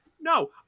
No